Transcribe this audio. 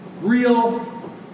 Real